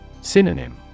Synonym